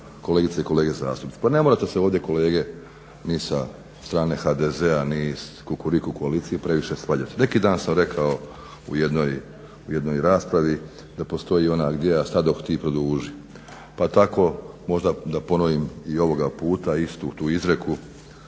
kolegice i kolege zastupnici. Pa ne morate se ovdje kolege ni sa strane HDZ-a ni iz kukuriku koalicije previše svađati. Neki dan sam rekao u jednoj raspravi da postoji ona gdje ja stadoh ti produži. Pa tako možda da ponovim i ovoga puta istu tu izreku